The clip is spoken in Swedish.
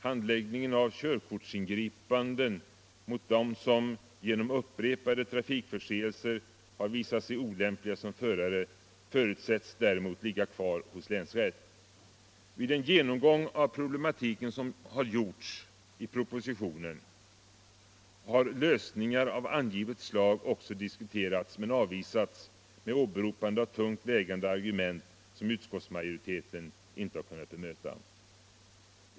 Handläggningen av körkortsingripanden mot dem som genom upprepade trafikförseelser har visat sig olämpliga som förare förutsätts däremot ligga kvar hos länsrätt. Vid den genomgång av problematiken som har gjorts i propositionen har lösningar av angivet slag också diskuterats men avvisats med åberopande av tungt vägande argument som utskottsmajoriteten inte har kunnat bemöta.